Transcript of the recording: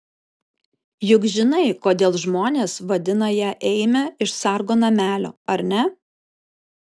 juk žinai kodėl žmonės vadina ją eime iš sargo namelio ar ne